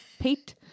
Pete